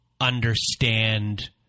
understand